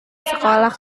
sekolah